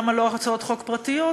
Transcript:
למה לא הצעות חוק פרטיות,